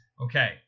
Okay